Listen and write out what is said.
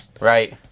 right